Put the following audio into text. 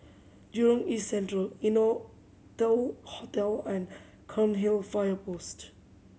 Jurong East Central Innotel Hotel and Cairnhill Fire Post